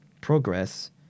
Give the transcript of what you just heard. progress